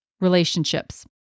relationships